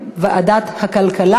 לוועדת הכלכלה